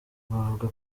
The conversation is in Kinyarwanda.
bavuga